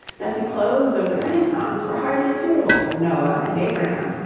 that the clothes of the renaissance were hardly suitable for noah and abraham,